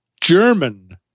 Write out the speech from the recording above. German